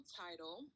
title